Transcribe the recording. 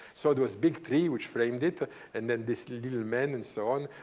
so there was big tree which framed it and then this little man and so on.